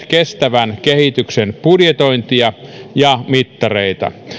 kestävän kehityksen budjetointia ja mittareita